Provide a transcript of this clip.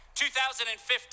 2015